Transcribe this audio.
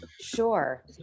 Sure